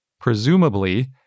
Presumably